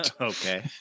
Okay